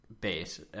base